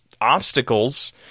obstacles